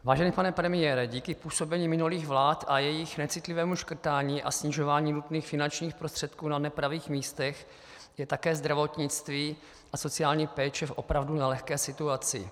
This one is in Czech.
Vážený pane premiére, díky působení minulých vlád a jejich necitlivému škrtání a snižování nutných finančních prostředků na nepravých místech je také zdravotnictví a sociální péče v opravdu nelehké situaci.